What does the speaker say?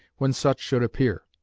when such should appear.